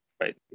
Right